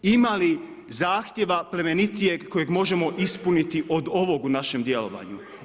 Ima li zahtjeva plemenitijeg kojeg možemo ispuniti od ovoga u našem djelovanju?